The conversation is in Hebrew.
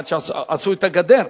עד שעשו את הגדר.